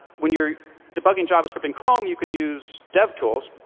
when you're debugging javascript in chrome, you can use devtools.